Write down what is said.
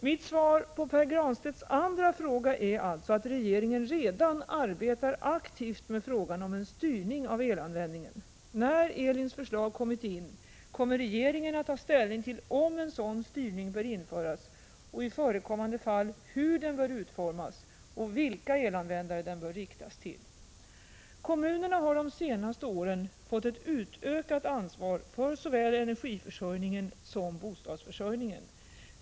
Mitt svar på Pär Granstedts andra fråga är alltså att regeringen redan arbetar aktivt med frågan om en styrning av elanvändningen. När ELIN:s förslag kommit in kommer regeringen att ta ställning till om en sådan styrning bör införas och, i förekommande fall, hur den bör utformas och vilka elanvändare den bör riktas till. Kommunerna har de senaste åren fått ett utökat ansvar för såväl energiförsörjningen som bostadsförsörjningen.